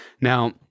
now